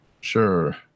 sure